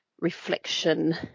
reflection